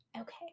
okay